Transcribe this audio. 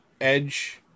Edge